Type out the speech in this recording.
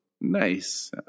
Nice